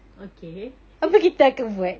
okay